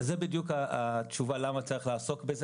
זאת בדיוק התשובה למה צריך לעסוק בזה